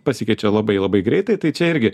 pasikeičia labai labai greitai tai čia irgi